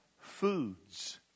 foods